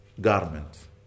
garments